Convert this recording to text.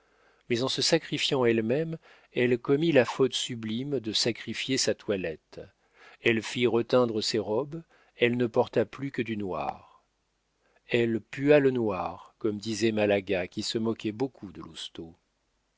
mais en se sacrifiant elle-même elle commit la faute sublime de sacrifier sa toilette elle fit reteindre ses robes elle ne porta plus que du noir elle pua le noir comme disait malaga qui se moquait beaucoup de